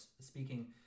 speaking